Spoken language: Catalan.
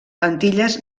antilles